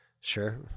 Sure